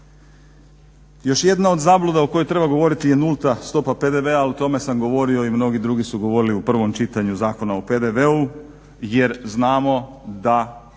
Još jedna od zabluda o kojoj treba govoriti je nulta stopa PDV-a, a o tome sam govorio i mnogi drugi su govorili u prvom čitanju Zakona o PDV-u. Jer znamo da